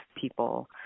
people